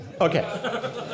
Okay